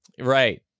right